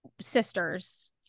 sisters